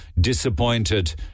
disappointed